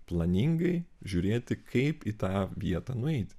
planingai žiūrėti kaip į tą vietą nueiti